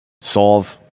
solve